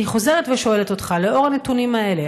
אני חוזרת ושואלת אותך: לנוכח הנתונים האלה,